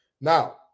Now